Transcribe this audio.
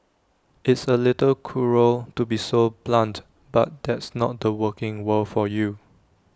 it's A little cruel to be so blunt but that's not the working world for you